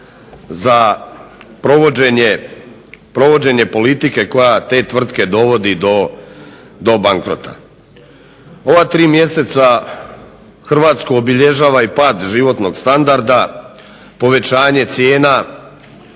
za provođenje politike koja te tvrtke dovodi do bankrota. Ova tri mjeseca Hrvatsku obilježava i pad životnog standarda, povećanje cijena,